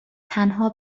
تنها